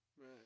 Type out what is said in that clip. Right